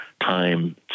time